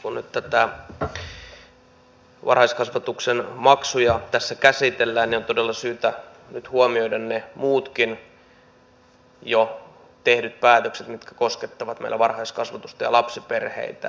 kun nyt varhaiskasvatuksen maksuja tässä käsitellään niin on todella syytä huomioida ne muutkin jo tehdyt päätökset mitkä koskettavat meillä varhaiskasvatusta ja lapsiperheitä